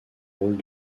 rôle